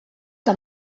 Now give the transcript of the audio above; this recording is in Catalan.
que